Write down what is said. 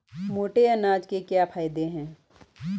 मोटे अनाज के क्या क्या फायदे हैं?